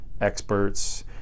experts